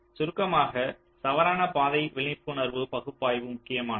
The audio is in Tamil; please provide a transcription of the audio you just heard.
சுருக்கமாக தவறான பாதை விழிப்புணர்வு பகுப்பாய்வு முக்கியமானது